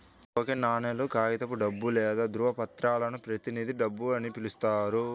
token నాణేలు, కాగితపు డబ్బు లేదా ధ్రువపత్రాలను ప్రతినిధి డబ్బు అని పిలుస్తారు